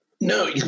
No